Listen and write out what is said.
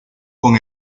con